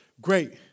great